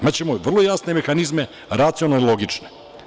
Imaćemo vrlo jasne mehanizme, racionalne i logične.